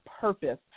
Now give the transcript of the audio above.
purpose